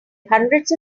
hundreds